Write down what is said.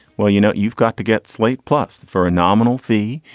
well, you know, you've got to get slate plus for a nominal fee.